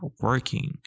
working